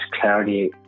clarity